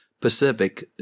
Pacific